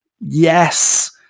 yes